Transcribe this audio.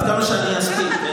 עד כמה שאני אספיק,